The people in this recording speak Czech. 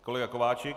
Kolega Kováčik.